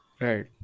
Right